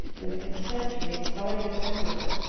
than consent to make claudius emperor,